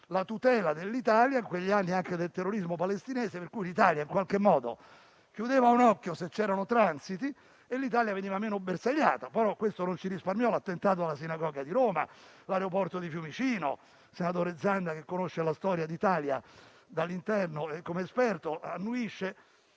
la tutela dell'Italia, in quegli anni anche dal terrorismo palestinese. L'Italia in qualche modo chiudeva un occhio se c'erano transiti e veniva così meno bersagliata. Questo però non ci risparmiò l'attentato alla Sinagoga di Roma o all'aeroporto di Fiumicino. Il senatore Zanda, che conosce la storia d'Italia dall'interno e come esperto, annuisce.